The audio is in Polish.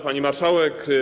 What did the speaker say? Pani Marszałek!